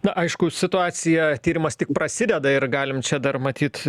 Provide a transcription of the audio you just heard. na aišku situacija tyrimas tik prasideda ir galim čia dar matyt